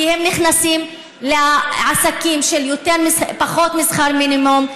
כי הן נכנסות לעסקים של פחות משכר מינימום,